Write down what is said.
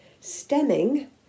stemming